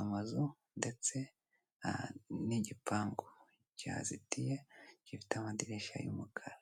amazu ndetse n'igipangu kihazitiye, gifite amadirishya y'umukara.